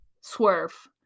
Swerve